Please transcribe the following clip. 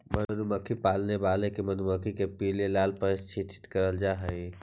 मधुमक्खी पालने वालों को मधुमक्खी को पीले ला प्रशिक्षित करल जा हई